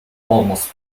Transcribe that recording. almost